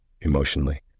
emotionally